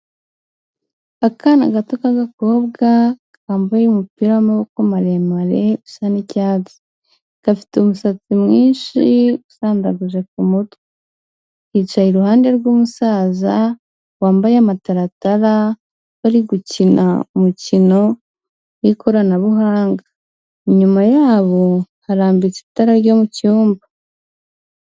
Akana gato k'agakobwa kambaye umupira w'amaboko maremare sugeds gafite umusatsi mwinshi ukandagujetwe yicaye iruhande rw'umusaza wambaye amataratara bari gukina umukino w'ikoranabuhanga. inyuma yabo harambitse itara ryo mu cyumba.